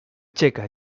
checa